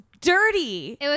dirty